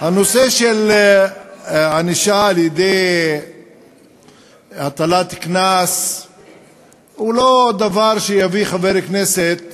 הנושא של ענישה על-ידי הטלת קנס הוא לא דבר שיביא חבר כנסת